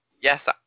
yes